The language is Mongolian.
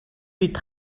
бид